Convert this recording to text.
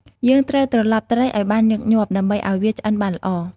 យើងត្រូវត្រឡប់ត្រីឲ្យបានញឹកញាប់ ដើម្បីឲ្យវាឆ្អិនបានល្អ។